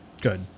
good